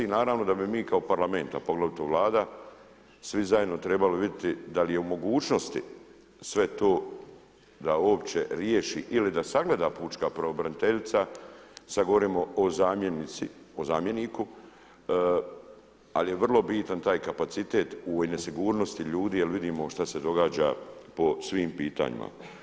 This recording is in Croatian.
I naravno da bi mi kao Parlament, a poglavito Vlada svi zajedno trebali vidjeti da li je u mogućnosti sve to da uopće riješi ili da sagleda pučka pravobraniteljica, sada govorimo o zamjenici, o zamjeniku ali je vrlo bitan taj kapacitet u nesigurnosti ljudi jer vidimo šta se događa po svim pitanjima.